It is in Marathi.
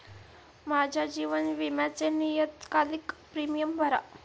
माझ्या जीवन विम्याचे नियतकालिक प्रीमियम भरा